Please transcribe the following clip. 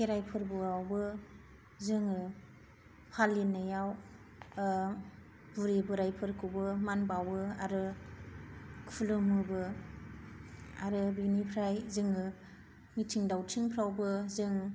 खेराइ फोरबोआवबो जोङो फालिनायाव बुरि बोरायफोरखौबो मान बाउओ आरो खुलुमोबो आरो बेनिफ्राय जोङो मिथिं दावथिंफ्रावबो जों